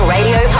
Radio